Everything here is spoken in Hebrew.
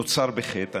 נוצר בחטא.